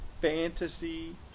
fantasy